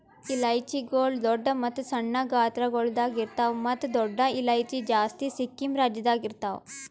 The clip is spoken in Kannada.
ಇಲೈಚಿಗೊಳ್ ದೊಡ್ಡ ಮತ್ತ ಸಣ್ಣ ಗಾತ್ರಗೊಳ್ದಾಗ್ ಇರ್ತಾವ್ ಮತ್ತ ದೊಡ್ಡ ಇಲೈಚಿ ಜಾಸ್ತಿ ಸಿಕ್ಕಿಂ ರಾಜ್ಯದಾಗ್ ಇರ್ತಾವ್